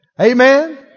Amen